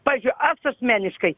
pavyzdžiui aš asmeniškai